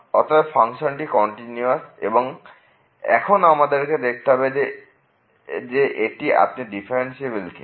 অতএব ফাংশনটি কন্টিনিউয়াস এবং এখন আমাদেরকে দেখতে হবে যে এটি আপনি ডিফারেনশিয়েবেল কি না